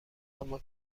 اما